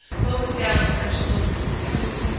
mowing down the french soldiers who,